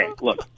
look